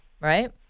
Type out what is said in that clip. right